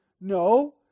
no